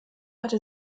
hatte